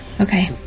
okay